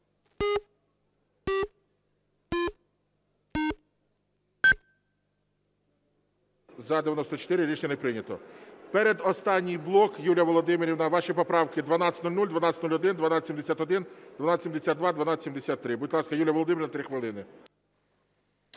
За-94 Рішення не прийнято. Передостанній блок. Юлія Володимирівна, ваші поправки: 1200, 1201, 1271, 1272, 1273. Будь ласка, Юлія Володимирівна, 3 хвилини.